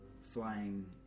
flying